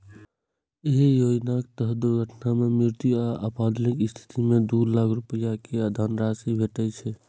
एहि योजनाक तहत दुर्घटना मे मृत्यु आ अपंगताक स्थिति मे दू लाख रुपैया के धनराशि भेटै छै